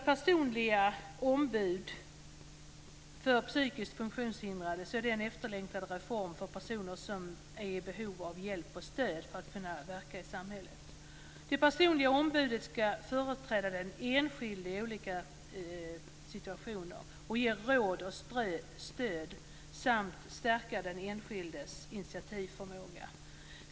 Personliga ombud för psykiskt funktionshindrade är en efterlängtad reform för personer som är i behov av hjälp och stöd för att kunna verka i samhället. Det personliga ombudet ska företräda den enskilde i olika situationer, ge råd och stöd samt stärka den enskildes initiativförmåga.